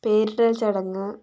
പേരിടൽ ചടങ്ങ്